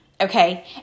Okay